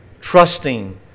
trusting